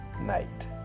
night